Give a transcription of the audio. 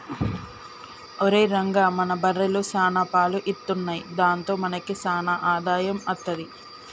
ఒరేయ్ రంగా మన బర్రెలు సాన పాలు ఇత్తున్నయ్ దాంతో మనకి సాన ఆదాయం అత్తది